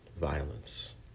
violence